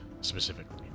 specifically